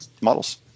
models